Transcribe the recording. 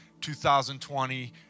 2020